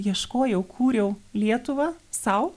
ieškojau kūriau lietuvą sau